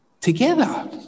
together